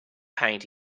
paint